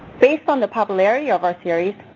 based on the popularity of our series,